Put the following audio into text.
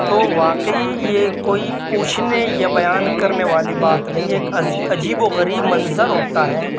تو واقعی یہ کوئی پوچھنے یا بیان کرنے والی بات نہیں ہے ایک عجیب و غریب منظر ہوتا ہے